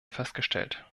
festgestellt